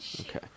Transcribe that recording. Okay